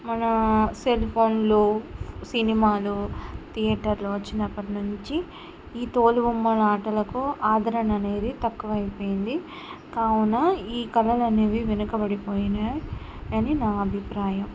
మన సెల్ ఫోన్లు సినిమాలు థియేటర్లు వచ్చినప్పటినుంచి ఈ తోలుబొమ్మలాటలకు ఆదరణ అనేది తక్కువ అయిపోయింది కావున ఈ కళలు అనేవి వెనుకబడిపోయినాయి అని నా అభిప్రాయం